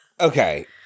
Okay